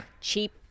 cheap